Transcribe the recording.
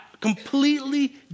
completely